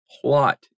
plot